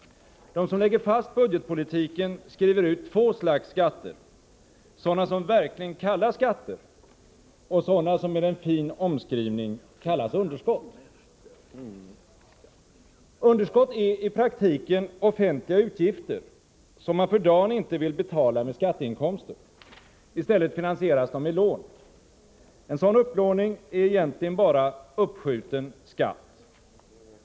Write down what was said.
De som lägger fast budgetpolitiken skriver ut två slags skatter — sådana som verkligen kallas skatter och sådana som med en fin omskrivning kallas underskott. Underskott är i praktiken offentliga utgifter, som man för dagen inte vill betala med skatteinkomster. I stället finansieras de med lån. En sådan upplåning är egentligen bara uppskjuten skatt.